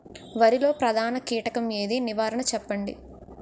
వరిలో ప్రధాన కీటకం ఏది? నివారణ చెప్పండి?